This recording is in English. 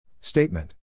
Statement